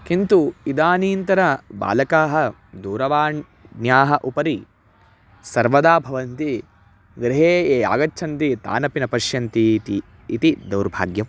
किन्तु इदानीन्तन बालकाः दूरवाण्याः उपरि सर्वदा भवन्ति गृहे ये आगच्छन्ति तानपि न पश्यन्ति इति इति दौर्भाग्यम्